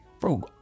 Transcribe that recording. Bro